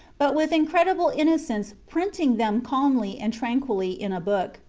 but with incredible innocence printing them calmly and tranquilly in a book.